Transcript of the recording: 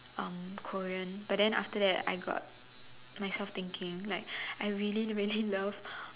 um Korean but then after that I got myself thinking like I really really love